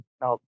Now